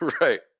Right